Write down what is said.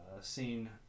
seen